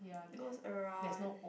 goes around